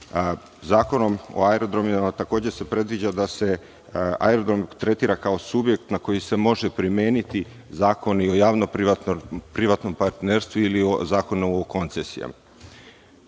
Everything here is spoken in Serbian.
Zakonom se takođe predviđa da se aerodrom tretira kao subjekt na koji se može primeniti Zakon o javno-privatnom partnerstvu ili Zakon o koncesijama. Zakon